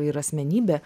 ir asmenybė